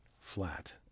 flat